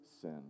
sin